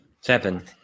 Seven